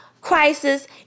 crisis